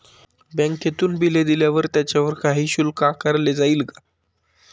बँकेतून बिले दिल्यावर त्याच्यावर काही शुल्क आकारले जाईल का?